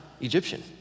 Egyptian